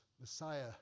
Messiah